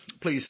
Please